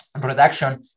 production